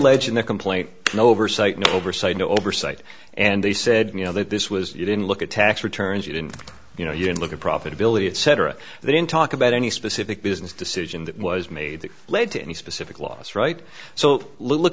allege in the complaint an oversight no oversight no oversight and they said you know that this was you didn't look at tax returns you didn't you know you didn't look at profitability etc they didn't talk about any specific business decision that was made that led to any specific loss right so look